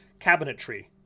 cabinetry